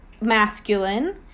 masculine